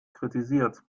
kritisiert